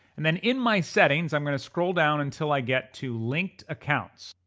and then in my settings i'm gonna scroll down until i get to linked accounts.